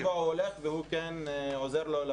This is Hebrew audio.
כן, כל שבוע הוא הולך ועוזר לו.